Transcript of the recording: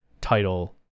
title